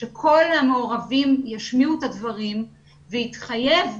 שכל המעורבים ישמיעו את הדברים ויתחייב,